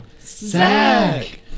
Zach